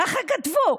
ככה כתבו.